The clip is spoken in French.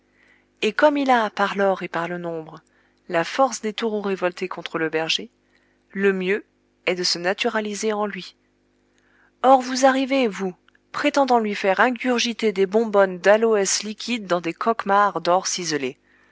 et comme il a par l'or et par le nombre la force des taureaux révoltés contre le berger le mieux est de se naturaliser en lui or vous arrivez vous prétendant lui faire ingurgiter des bonbonnes d'aloès liquide dans des coquemards d'or ciselé